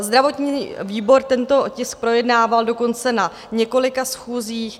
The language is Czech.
Zdravotní výbor tento tisk projednával dokonce na několika schůzích.